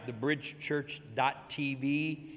thebridgechurch.tv